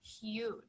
huge